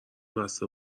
بسته